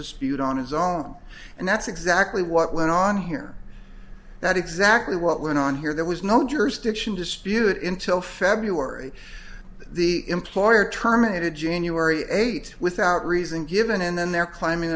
dispute on his own and that's exactly what went on here that exactly what went on here there was no jurisdiction dispute in till february the employer terminated january eighth without reason given and then they're claiming